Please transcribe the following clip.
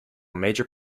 major